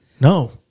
No